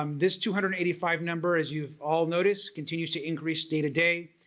um this two hundred and eighty five number as you've all noticed continues to increase day to day.